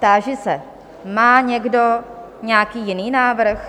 Táži se, má někdo nějaký jiný návrh?